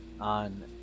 on